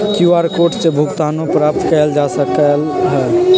QR code से भुगतानो प्राप्त कएल जा सकल ह